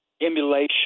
emulation